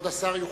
כבוד השר יוכל,